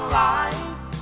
life